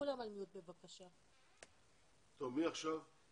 מי עכשיו?